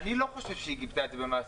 אני לא חושב שהיא גיבתה את זה במעשים.